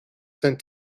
sent